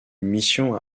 mission